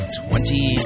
twenty